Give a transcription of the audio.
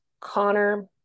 connor